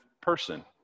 person